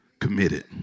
committed